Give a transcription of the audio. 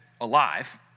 alive